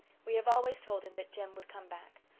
we have always told him that jem would come back.